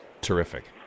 Terrific